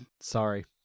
Sorry